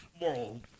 Moral